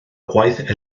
gwaith